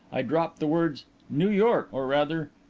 i dropped the words new york' or, rather,